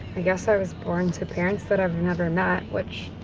i guess i was born to parents that i've never met, which,